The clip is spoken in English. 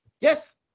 Yes